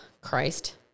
Christ